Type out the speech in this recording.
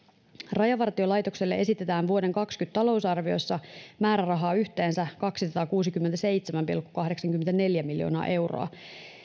rajavartiolaitokselle esitetään vuoden kaksikymmentä talousarviossa määrärahaa yhteensä kaksisataakuusikymmentäseitsemän pilkku kahdeksankymmentäneljä miljoonaa euroa